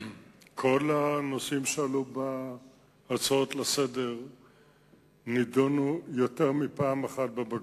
כל הנושאים שעלו בהצעות לסדר-היום נדונו יותר מפעם אחת בבג"ץ,